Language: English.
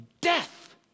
death